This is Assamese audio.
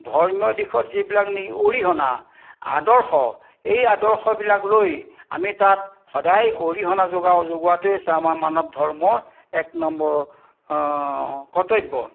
ধৰ্মীয় দিশত যিবিলাক নি অৰিহণা আদৰ্শ এই আদৰ্শবিলাক লৈ আমি তাত সদায় অৰিহণা যুগাওঁ যোগোৱাটোৱে হৈছে আমাৰ মানৱ ধৰ্মৰ এক নম্বৰ কৰ্তব্য